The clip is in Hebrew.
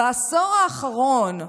בעשור האחרון,